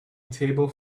table